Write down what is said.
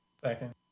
Second